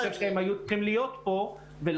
אני חושב שהם היו צריכים להיות פה ולהביע